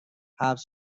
حبس